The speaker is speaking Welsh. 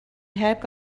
heb